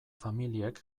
familiek